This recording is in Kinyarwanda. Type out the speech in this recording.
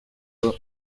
ngo